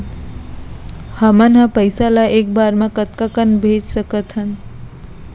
हमन ह पइसा ला एक बार मा कतका कन भेज सकथन?